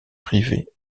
privées